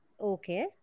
Okay